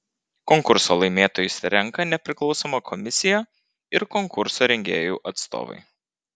konkurso laimėtojus renka nepriklausoma komisija ir konkurso rengėjų atstovai